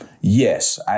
Yes